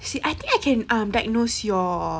sis I think I can um diagnose your